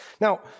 Now